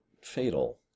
fatal